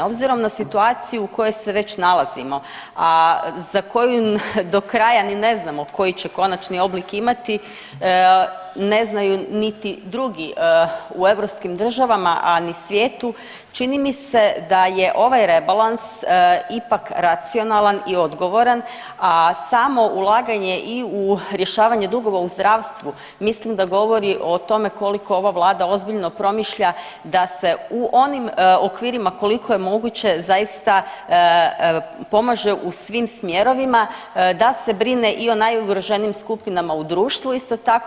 Obzirom na situaciju u kojoj se već nalazimo, a za koju do kraja ni ne znamo koji će konačni oblik imati ne znaju niti drugi u europskim državama, a ni svijetu čini mi se da je ovaj rebalans ipak racionalan i odgovoran, a samo ulaganje i u rješavanje dugova u zdravstvu mislim da govori o tome koliko ova vlada ozbiljno promišlja da se u onim okvirima koliko je moguće zaista pomaže u svim smjerovima, da se brine i o najugroženijim skupinama u društvu isto tako.